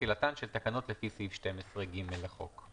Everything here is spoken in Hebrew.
תחילתן של התקנות לפי סעיף 12ג' לחוק.